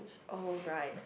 oh right